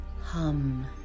hum